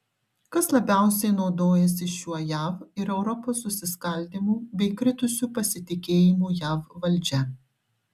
kas labiausiai naudojasi šiuo jav ir europos susiskaldymu bei kritusiu pasitikėjimu jav valdžia